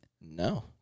No